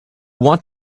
want